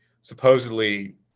supposedly